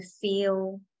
feel